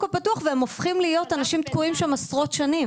הפתוח ואנשים תקועים שם עשרות שנים.